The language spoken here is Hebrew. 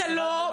אתה לא,